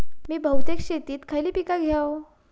मी बहुपिक शेतीत खयली पीका घेव?